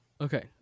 okay